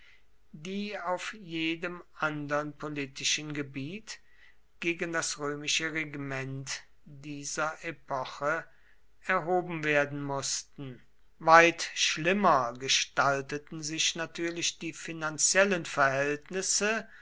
die auf jedem andern politischen gebiet gegen das senatorische regiment dieser epoche erhoben werden mußten weit schlimmer gestalteten sich natürlich die finanziellen verhältnisse